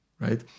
right